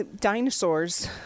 Dinosaurs